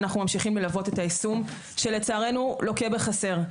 אנחנו ממשיכים ללוות את היישום שלצערנו לוקה בחסר,